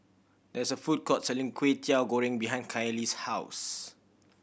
there is a food court selling Kwetiau Goreng behind Kallie's house